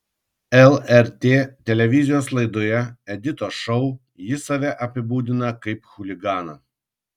lrt televizijos laidoje editos šou jis save apibūdina kaip chuliganą